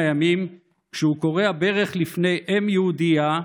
ימים כשהוא כורע ברך לפני אם יהודייה,